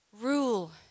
rule